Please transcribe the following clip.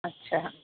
اچھا